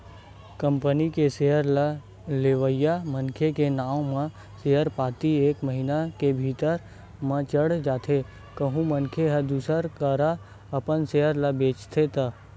company के share ल लेवइया मनखे के नांव म सेयर पाती एक महिना के भीतरी म चढ़ जाथे कहूं मनखे ह दूसर करा अपन सेयर ल बेंचथे त